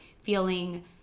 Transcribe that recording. feeling